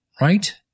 right